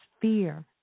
fear